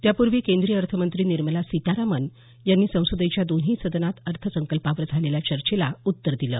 त्यापूर्वी केंद्रीय अर्थमंत्री निर्मला सीतारामन यांनी संसदेच्या दोन्ही सदनात अर्थसंकल्पावर झालेल्या चर्चेला उत्तर दिलं